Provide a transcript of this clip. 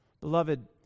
Beloved